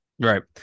Right